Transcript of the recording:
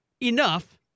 enough